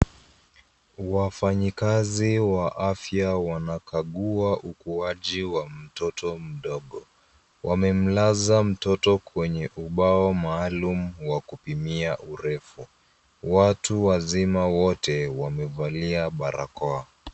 Wafanyikazi wa afya wanakagua ukuaji wa mtoto mdogo. Wamemlaza mtoto kwenye ubao maalum wa kupimia urefu. Watu wazima wote wamevalia barakoa.